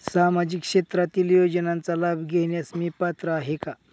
सामाजिक क्षेत्रातील योजनांचा लाभ घेण्यास मी पात्र आहे का?